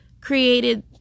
created